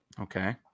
Okay